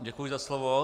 Děkuji za slovo.